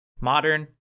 modern